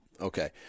okay